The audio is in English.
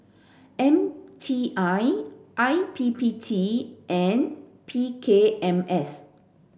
M T I I P P T and P K M S